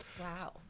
Wow